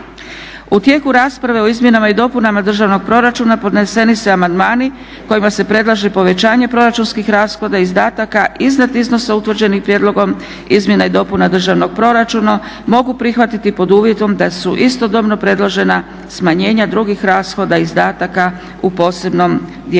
U tijeku rasprave o izmjenama i dopunama državnog proračuna podneseni se amandmani kojima se predlaže povećanje proračunskih rashoda izdataka iznad iznosa utvrđenih prijedlogom izmjena i dopuna državnog proračuna mogu prihvatiti pod uvjetom da su istodobno predložena smanjenja drugih rashoda izdataka u posebnom dijelu